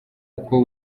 uko